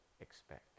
expect